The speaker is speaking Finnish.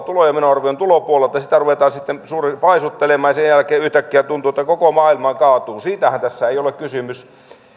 tulo ja menoarvion tulopuolelta ja sitä ruvetaan sitten paisuttelemaan ja sen jälkeen yhtäkkiä tuntuu että koko maailma kaatuu siitähän tässä ei ole kysymys